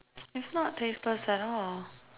it's not tasteless at all